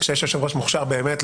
כשיש יושב-ראש מוכשר באמת,